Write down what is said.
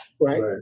right